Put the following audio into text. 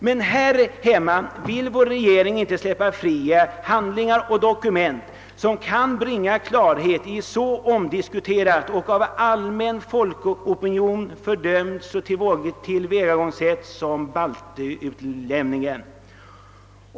Men här hemma vill rege ringen inte frisläppa handlingar och dokument som kan bringa klarhet i ett så omdiskuterat och av en allmän folkopinion fördömt tillvägagångssätt som baltutlämningen.